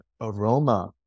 aroma